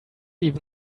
even